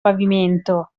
pavimento